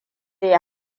ya